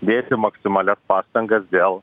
dėti maksimalias pastangas dėl